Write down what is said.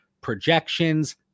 projections